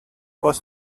was